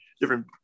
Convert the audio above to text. different